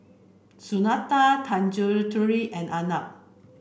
Sunita Tanguturi and Arnab